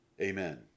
Amen